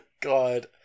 God